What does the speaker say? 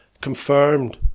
confirmed